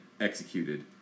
executed